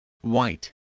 white